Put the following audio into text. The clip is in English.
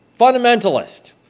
fundamentalist